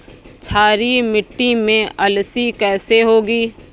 क्षारीय मिट्टी में अलसी कैसे होगी?